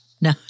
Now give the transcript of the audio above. No